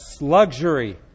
luxury